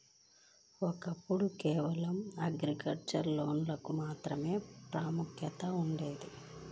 ఒకప్పుడు కేవలం అగ్రికల్చర్ లోన్లకు మాత్రమే ప్రాముఖ్యత ఉండేది